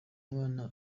mwana